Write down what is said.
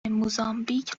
موزامبیک